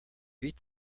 beat